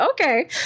Okay